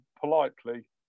politely